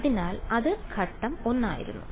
അതിനാൽ അത് ഘട്ടം 1 ആയിരുന്നു